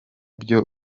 byo